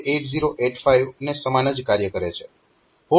જે 8085 ને સમાન જ કાર્ય કરે છે